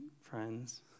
friends